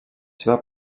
seva